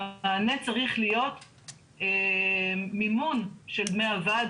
המענה צריך להיות מימון של דמי הוועד,